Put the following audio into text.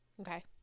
Okay